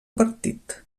partit